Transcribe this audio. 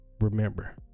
Remember